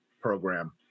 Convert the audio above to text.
program